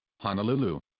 Honolulu